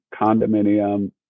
condominium